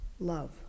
love